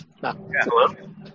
hello